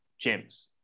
gyms